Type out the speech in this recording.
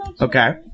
okay